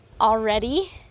already